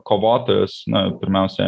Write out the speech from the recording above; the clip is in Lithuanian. kovotojas na pirmiausia